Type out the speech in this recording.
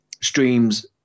streams